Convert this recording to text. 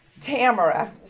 Tamara